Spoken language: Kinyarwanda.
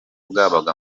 bwabaga